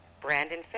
Brandon